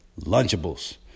Lunchables